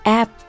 app